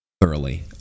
thoroughly